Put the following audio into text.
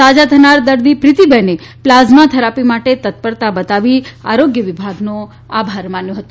સાજા થનાર દર્દી પ્રિતિબેને પ્લાઝમા થેરાપી માટે તત્પરતા બતાવી આરોગ્ય વિભાગનો આભાર માન્યો હતો